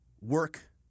work